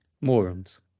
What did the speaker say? morons